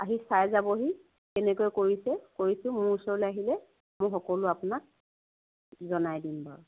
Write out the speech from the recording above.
আহি চাই যাবহি কেনেকৈ কৰিছে কৰিছোঁ মোৰ ওচৰলৈ আহিলে এইবোৰ সকলো আপোনাক জনাই দিম বাৰু